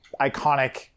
iconic